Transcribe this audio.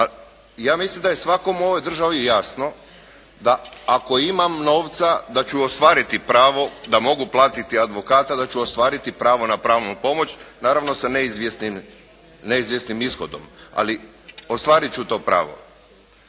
Ja mislim da je svakom u ovoj državi jasno da ako imam novca da ću ostvariti pravo da mogu platiti advokata, da ću ostvariti pravo na pravnu pomoć naravno sa neizvjesnim ishodom, ali ostvariti ću to pravo.